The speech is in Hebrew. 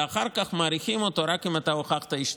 ואחר כך מאריכים אותו רק אם אתה הוכחת השתקעות.